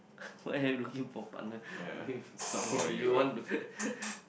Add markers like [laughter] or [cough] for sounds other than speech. [breath] why are you looking for partner if if you want to [laughs]